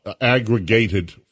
aggregated